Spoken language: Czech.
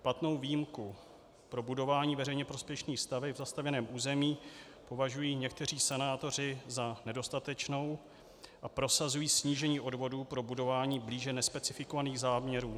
Platnou výjimku pro budování veřejně prospěšných staveb v zastavěném území považují někteří senátoři za nedostatečnou a prosazují snížení odvodu pro budování blíže nespecifikovaných záměrů.